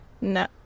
no